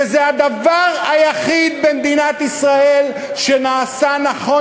שזה הדבר היחיד במדינת ישראל שנעשה נכון,